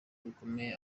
bikomeye